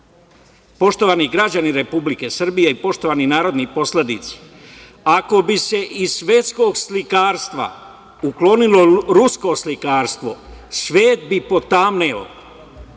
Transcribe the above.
citat. Poštovani građani Republike Srbije i poštovani narodni poslanici, ako bi se iz svetskog slikarstva uklonilo rusko slikarstvo svet bi potamneo,